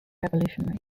revolutionary